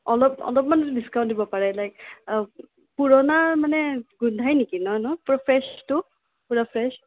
অলপ অলপমানটো ডিচকাউণ্ট দিব পাৰে লাইক পুৰণা মানে গোন্ধায় নেকি নাই ন ফ্ৰেচটো পুৰা ফ্ৰেচ